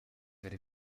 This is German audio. wäre